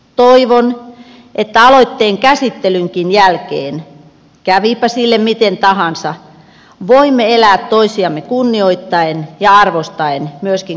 toivon että aloitteen käsittelynkin jälkeen kävipä sille miten tahansa voimme elää toisiamme kunnioittaen ja arvostaen myöskin kansanedustajina